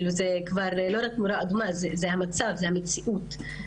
זה לא רק נורה אדומה, זה המצב, זו המציאות.